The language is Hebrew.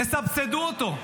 תסבסדו אותו.